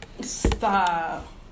Stop